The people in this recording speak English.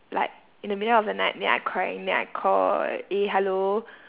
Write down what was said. like in the middle of the night then I crying then I call eh hello